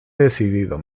decidido